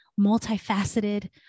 multifaceted